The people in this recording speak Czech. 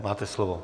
Máte slovo.